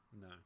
No